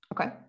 Okay